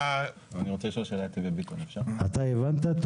תומר רוזנר, אתה הבנת?